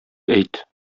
әйт